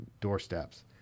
doorsteps